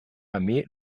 armee